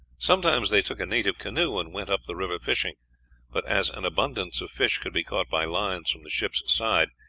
sometimes they took a native canoe and went up the river fishing but as an abundance of fish could be caught by lines from the ship's side,